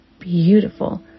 Beautiful